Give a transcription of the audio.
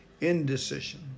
Indecision